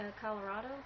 Colorado